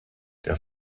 der